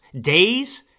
days